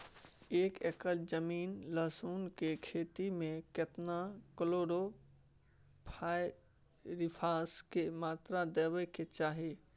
एक एकर जमीन लहसुन के खेती मे केतना कलोरोपाईरिफास के मात्रा देबै के चाही?